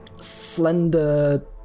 slender